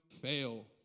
fail